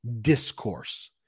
discourse